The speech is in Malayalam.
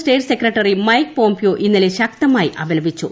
സ്റ്റേറ്റ് സെക്രട്ടറി മൈക്ക് പോംപിയോ ഇന്നലെ ശക്തമായി അപലപിച്ചു